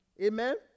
Amen